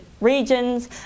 regions